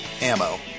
ammo